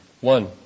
One